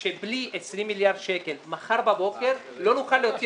שבלי 20 מיליארד שקל מחר בבוקר לא נוכל להוציא